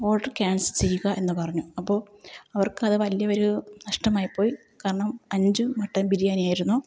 order cancel ചെയ്യുക എന്ന് പറഞ്ഞു അപ്പോള് അവർക്കത് വലിയ ഒരു നഷ്ടമായിപ്പോയി കാരണം അഞ്ച് മട്ടൻ ബിരിയാണിയായിരുന്നു